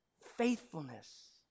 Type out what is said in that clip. faithfulness